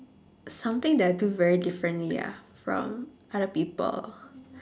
something that I do very differently ah from other people